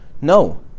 No